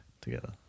together